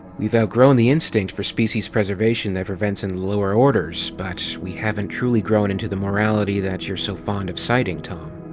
we've outgrown the instinct for species preservation that prevents in the lower orders but we haven't truly grown into the morality that you're so fond of citing, tom.